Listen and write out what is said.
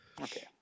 Okay